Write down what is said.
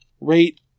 rate